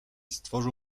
stworzą